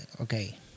okay